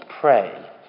pray